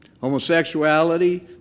Homosexuality